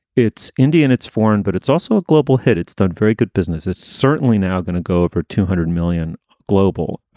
it's indian, it's foreign. but it's also a global hit. it's done very good business. it's certainly now going to go for two hundred million global.